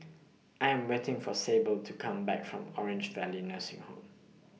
I Am waiting For Sable to Come Back from Orange Valley Nursing Home